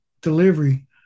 delivery